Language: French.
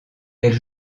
elle